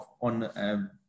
on